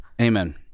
Amen